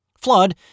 Flood